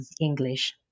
English